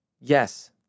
Yes